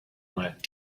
went